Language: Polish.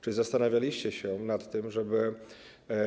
Czy zastanawialiście się nad tym, żeby.